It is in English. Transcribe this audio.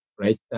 right